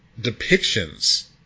depictions